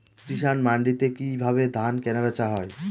কৃষান মান্ডিতে কি ভাবে ধান কেনাবেচা হয়?